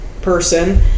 person